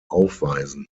aufweisen